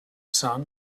son